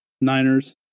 Niners